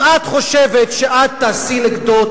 אם את חושבת שאת תעשי נגדו,